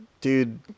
dude